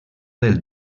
del